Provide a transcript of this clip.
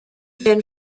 van